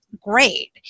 great